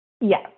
Yes